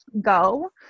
go